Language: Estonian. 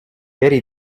eri